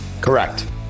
correct